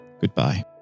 goodbye